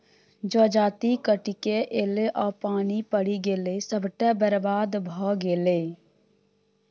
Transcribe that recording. जजाति कटिकए ऐलै आ पानि पड़ि गेलै सभटा बरबाद भए गेलै